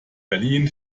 berlin